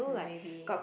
uh maybe